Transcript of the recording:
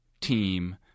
team